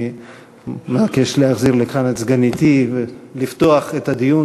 אני מבקש להחזיר לכאן את סגניתי ולפתוח את הדיון,